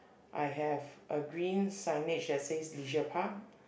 I have a green signage that says leisure park